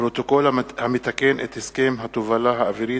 פרוטוקול המתקן את הסכם התובלה האווירית